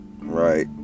right